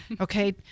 okay